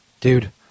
Dude